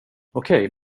okej